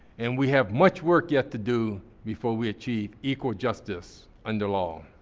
and we have much work yet to do before we achieve equal justice under law.